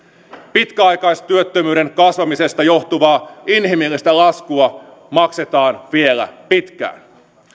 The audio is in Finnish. pitkäaikaistyöttömyyden kasvamisesta johtuvaa inhimillistä laskua maksetaan vielä pitkään